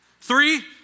Three